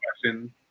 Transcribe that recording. question